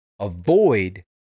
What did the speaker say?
avoid